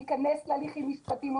להיכנס להליכים משפטיים.